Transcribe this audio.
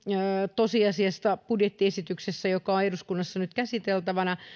tosiasiassa budjettiesityksessä joka on eduskunnassa nyt käsiteltävänä